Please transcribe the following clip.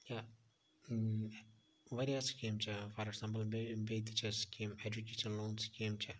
یا واریاہ سکیٖم چھِ فار ایٚگزامپل بیٚیہِ تہِ چھَ سکیٖم ایٚجُکیشَن لون سکیٖم چھےٚ